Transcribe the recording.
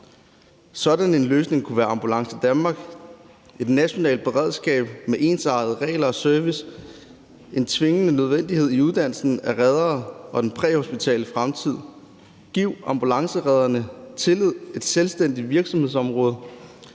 Sådan en løsning kunne være Ambulance Danmark, et nationalt beredskab med ensartede regler og ensartet service, som er en tvingende nødvendighed i forhold til uddannelsen af reddere og den præhospitale fremtid. Giv ambulanceredderne tillid og et selvstændigt virksomhedsområde.